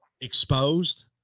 exposed